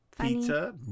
pizza